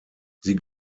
sie